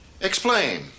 Explain